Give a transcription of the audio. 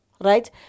right